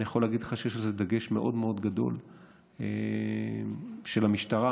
אני יכול להגיד לך שיש על זה דגש מאוד מאוד גדול של המשטרה,